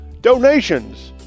donations